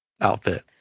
outfit